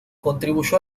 contribuyó